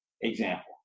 example